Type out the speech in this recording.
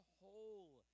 whole